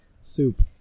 soup